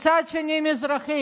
צד שני מזרחי,